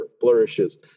flourishes